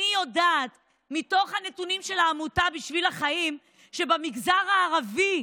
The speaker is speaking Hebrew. אני יודעת מתוך הנתונים של העמותה "בשביל החיים" במגזר הערבי,